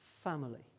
family